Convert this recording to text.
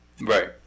Right